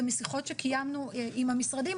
זה משיחות שקיימנו עם המשרדים,